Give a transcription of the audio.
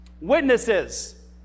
witnesses